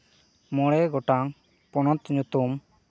ᱢᱚᱬᱮ ᱜᱚᱴᱟᱝ ᱯᱚᱱᱚᱛ ᱧᱩᱛᱩᱢ